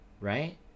right